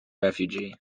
refugee